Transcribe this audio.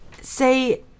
say